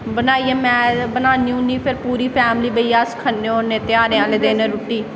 बनाइयै मैं बनानी होन्नी पूरी फैमली बेहियै अस खन्ने होन्ने ध्यारै आह्ले दिन